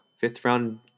fifth-round